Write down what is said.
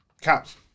Caps